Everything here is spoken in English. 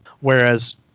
whereas